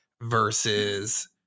versus